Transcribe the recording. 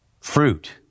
Fruit